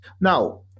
Now